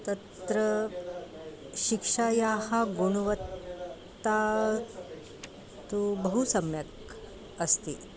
तत्र शिक्षायाः गुणवत्ता तु बहु सम्यक् अस्ति